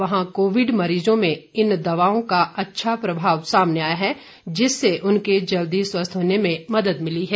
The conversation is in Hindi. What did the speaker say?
वहां कोविड मरीजों में इन दवाओं का अच्छा प्रभाव सामने आया है जिससे उनके जल्दी स्वस्थ होने में मदद मिली है